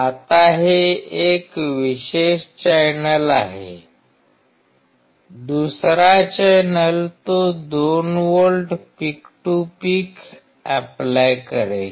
आता हे विशेष एक चॅनेल आहे दुसरा चॅनेल तो 2 volt peak to peak apply करेल